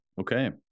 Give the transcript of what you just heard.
Okay